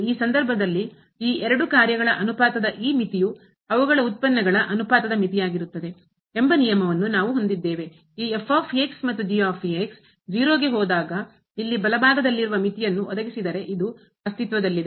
ಮತ್ತು ಈ ಸಂದರ್ಭದಲ್ಲಿ ಈ ಎರಡು ಕಾರ್ಯಗಳ ಅನುಪಾತದ ಈ ಮಿತಿಯು ಅವುಗಳ ಉತ್ಪನ್ನಗಳ ಅನುಪಾತದ ಮಿತಿಯಾಗಿರುತ್ತದೆ ಎಂಬ ನಿಯಮವನ್ನು ನಾವು ಹೊಂದಿದ್ದೇವೆ ಈ ಮತ್ತು 0 ಗೆ ಹೋದಾಗ ಇಲ್ಲಿ ಬಲಭಾಗದಲ್ಲಿರುವ ಮಿತಿವನ್ನು ಒದಗಿಸಿದರೆ ಇದು ಅಸ್ತಿತ್ವದಲ್ಲಿದೆ